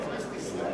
בכנסת ישראל?